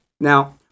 Now